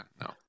no